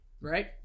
right